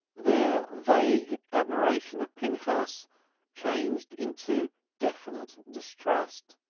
their vague admiration of pinchas changed into definite distrust.